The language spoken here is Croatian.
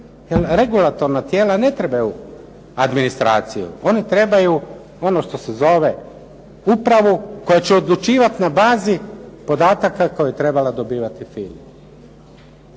regulatorna tijela ne trebaju administraciju, oni trebaju ono što se zove upravu koja će odlučivati na bazi podataka koje je trebala dobivati FINA.